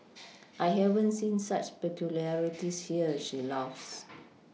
I haven't seen such peculiarities here she laughs